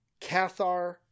Cathar